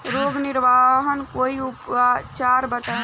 रोग निवारन कोई उपचार बताई?